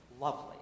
Lovely